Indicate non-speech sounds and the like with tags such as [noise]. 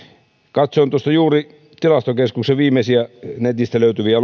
katsoin juuri tilastokeskuksen viimeisiä netistä löytyviä [unintelligible]